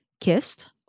kissed